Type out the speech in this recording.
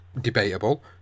debatable